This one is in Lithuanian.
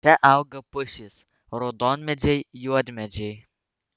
čia auga pušys raudonmedžiai juodmedžiai